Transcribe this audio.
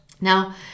Now